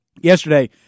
Yesterday